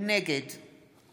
נגד